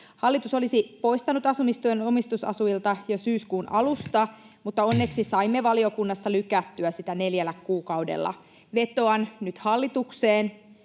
Hallitus olisi poistanut asumistuen omistusasujilta jo syyskuun alusta, mutta onneksi saimme valiokunnassa lykättyä sitä neljällä kuukaudella. Vetoan nyt hallitukseen: